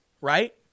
right